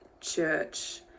church